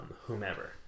whomever